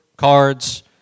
cards